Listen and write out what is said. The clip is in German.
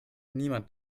niemand